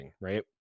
right